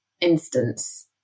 instance